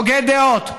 הוגי דעות,